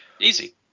easy